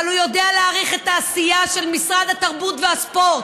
אבל הוא יודע להעריך את העשייה של משרד התרבות והספור,